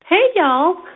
hey, y'all.